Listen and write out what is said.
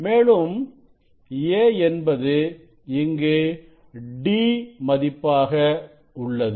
மேலும் a என்பது இங்கு d மதிப்பாக உள்ளது